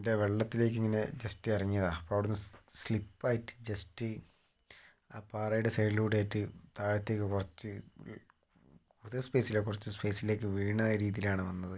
അതിൻ്റെ വെള്ളത്തിലേക്കിങ്ങനെ ജസ്റ്റ് ഇറങ്ങിയതാണ് അപ്പം അവിടെ നിന്ന് സ്ലി സ്ലിപ്പായിട്ട് ജസ്റ്റ് ആ പാറയുടെ സൈഡിലൂടായിട്ട് താഴത്തേക്ക് കുറച്ച് കൂടുതൽ സ്പേസില്ല കുറച്ച് സ്പേസിലേക്ക് വീണ രീതിയിലാണ് വന്നത്